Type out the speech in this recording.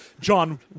John